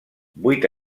vuit